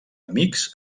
amics